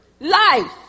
Life